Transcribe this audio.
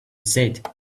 said